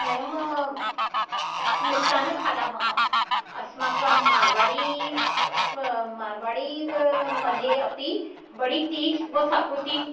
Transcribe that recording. वयं मिष्टान्नं खादामः अस्माकं मार्वाडी व मार्वाडीमध्ये अपि बडितीज् व सातूतीज्